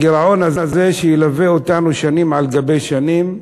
הגירעון הזה שילווה אותנו שנים על גבי שנים,